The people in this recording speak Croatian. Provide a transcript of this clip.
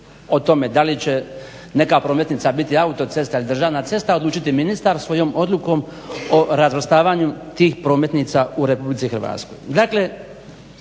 o tome da li će neka prometnica biti autocesta ili državna cesta odlučiti ministar svojom odlukom o razvrstavanju tih prometnica u RH. Dakle,